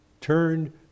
turned